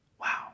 Wow